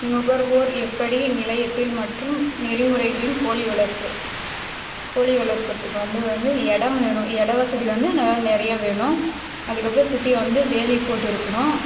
நுகர்வோர் எப்படி நிலையத்தில் மற்றும் நெறிமுறைகளின் கோழி வளர்ப்பு கோழி வளர்க்குறதுக்கு வந்து இடோ வேணும் இடோ வசதி வந்து நல்லா நிறையா வேணும் அதுக்கு அப்புறம் சுற்றி வந்து வேலி போட்டுருக்கணும்